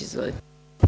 Izvolite.